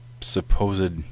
supposed